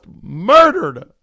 murdered